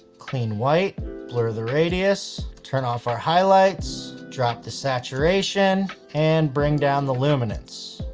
clean white blur the radius, turn off our highlights, drop the saturation and bring down the luminance.